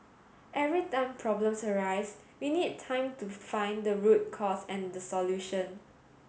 every time problems arise we need time to find the root cause and the solution